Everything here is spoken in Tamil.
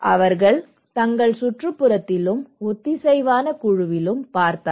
அவர்கள் தங்கள் சுற்றுப்புறத்திலும் ஒத்திசைவான குழுவிலும் பார்த்தார்கள்